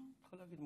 אני מתחילה.